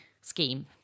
scheme